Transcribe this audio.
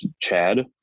Chad